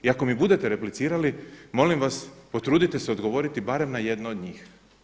I ako mi budete replicirali, molim vas potrudite se odgovoriti barem na jedno o njih.